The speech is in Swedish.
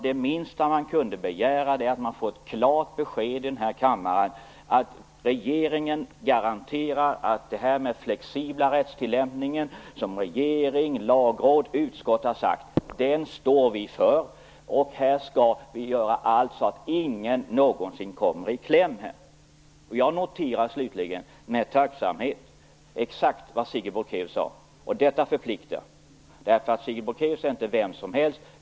Det minsta man kunde begära vore att få ett klart besked i den här kammaren att regeringen garanterar att man står för detta med den flexibla rättstillämpningen, något som regering, lagråd och utskott har tagit upp, och att man skall göra allt för att ingen någonsin skall komma i kläm. Jag noterar slutligen med tacksamhet exakt vad Sigrid Bolkéus sade. Det förpliktar, för Sigrid Bolkéus är inte vem som helst.